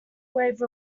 wave